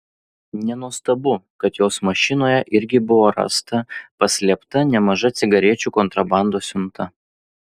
nenuostabu kad jos mašinoje irgi buvo rasta paslėpta nemaža cigarečių kontrabandos siunta